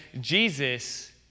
Jesus